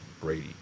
Brady